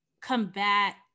combat